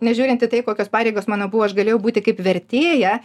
nežiūrint į tai kokios pareigos mano buvo aš galėjau būti kaip vertėja